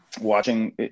watching